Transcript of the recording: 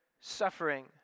suffering